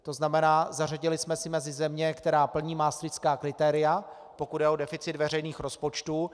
To znamená, zařadili jsme se mezi země, které plní maastrichtská kritéria, pokud jde o deficit veřejných rozpočtů.